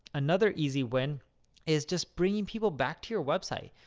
another easy win is just bringing people back to your website.